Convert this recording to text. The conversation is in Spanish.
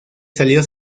salió